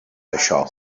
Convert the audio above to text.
això